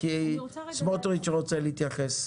כי סמוטריץ' רוצה להתייחס.